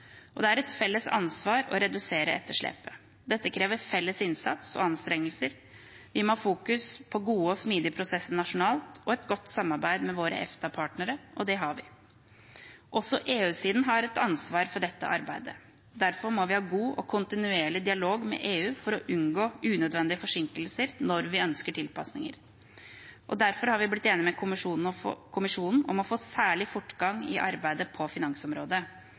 Det er et felles ansvar å redusere etterslepet. Dette krever felles innsats og anstrengelser. Vi må ha fokus på gode og smidige prosesser nasjonalt og et godt samarbeid med våre EFTA-partnere – og det har vi. Også EU-siden har et ansvar for dette arbeidet. Derfor må vi ha god og kontinuerlig dialog med EU for å unngå unødvendige forsinkelser når vi ønsker tilpasninger. Derfor har vi blitt enig med Kommisjonen om å få særlig fortgang i arbeidet på finansområdet.